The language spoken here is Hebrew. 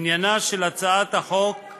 עניינה של הצעת החוק הוא